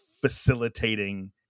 facilitating